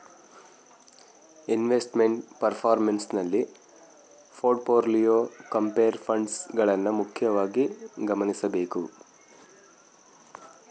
investment performance ನಲ್ಲಿ portfolio, compare funds ಗಳನ್ನ ಮುಖ್ಯವಾಗಿ ಗಮನಿಸಬೇಕು